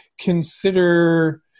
consider